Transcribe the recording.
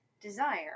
desire